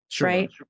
right